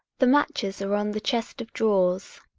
the matches are on the chest of drawers.